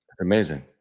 Amazing